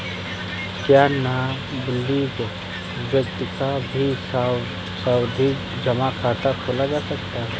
क्या नाबालिग व्यक्ति का भी सावधि जमा खाता खोला जा सकता है?